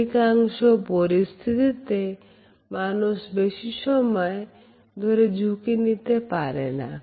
অধিকাংশ পরিস্থিতিতে মানুষ বেশি সময় ধরে ঝুঁকি দিতে পারে না